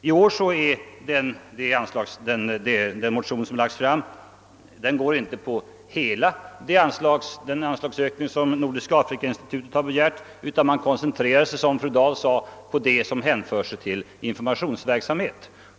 I årets motion yrkas inte att Nordiska afrikainstitutet skall få hela det anslag man begärt, utan motionärerna koncentrerar sig, som fru Dahl sade, till det som hänför sig till informationsverksamheten.